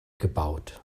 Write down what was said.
gebaut